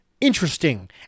interesting